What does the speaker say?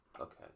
Okay